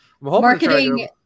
Marketing